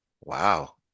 Wow